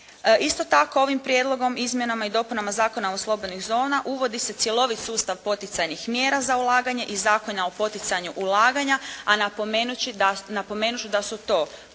Isto tako ovim prijedlogom, Izmjenama i dopunama Zakona o slobodnih zona uvodi se cjelovit sustav poticajnih mjera za ulaganje i Zakona o poticanju ulaganja a napomenut ću da su to